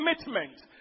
commitment